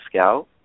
Scout